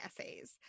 essays